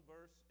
verse